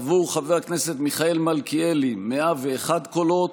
עבור חבר הכנסת מיכאל מלכיאלי, 101 קולות,